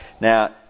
now